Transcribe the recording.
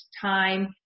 time